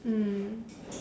mm